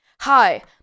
Hi